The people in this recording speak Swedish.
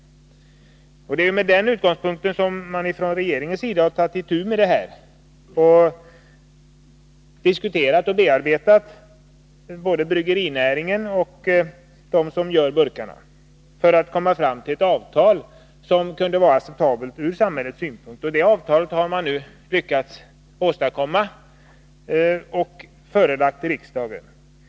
Det är från den synpunkten som regeringen har tagit itu med frågan. Regeringen har bearbetat både bryggerinäringen och det företag som gör burkarna för att få till stånd ett avtal som är acceptabelt för samhället. Det avtalet har man lyckats åstadkomma, och det har förelagts riksdagen.